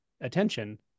attention